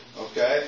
Okay